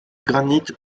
granit